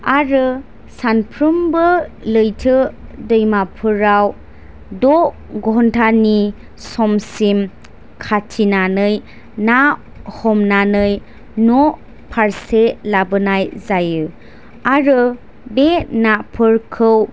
आरो सानफ्रोमबो लैथो दैमाफोराव द' घन्टानि समसिम खाथिनानै ना हमनानै न' फारसे लाबोनाय जायो आरो बे नाफोरखौ